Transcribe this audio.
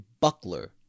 buckler